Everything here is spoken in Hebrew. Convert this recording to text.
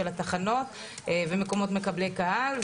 של התחנות ומקומות מקבלי קהל,